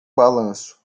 balanço